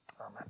Amen